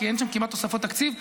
כי אין שם כמעט תוספות תקציב.